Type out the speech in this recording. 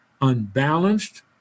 unbalanced